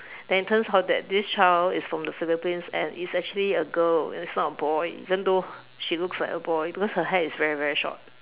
then turns out that this child is from the philippines and is actually a girl and is not a boy even though she looks like a boy because her hair is very very short